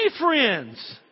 friends